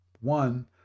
one